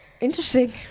Interesting